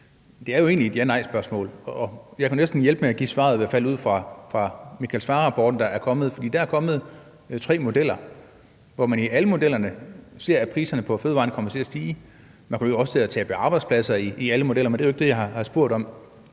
det er jo egentlig et ja-/nejspørgsmål, og jeg kunne næsten hjælpe med at give svaret, i hvert fald ud fra Michael Svarer-rapporten, der er kommet. For der er kommet tre modeller, og i alle modellerne ser man, at priserne på fødevarerne kommer til at stige. Man kommer ifølge alle modellerne også til at tabe arbejdspladser, men det er jo ikke det, jeg har spurgt om.